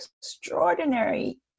extraordinary